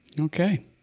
Okay